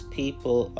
people